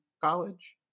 college